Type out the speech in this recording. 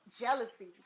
jealousy